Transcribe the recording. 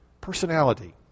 Personality